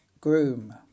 Groom